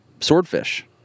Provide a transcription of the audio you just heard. Swordfish